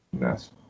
yes